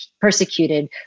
persecuted